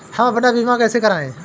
हम अपना बीमा कैसे कराए?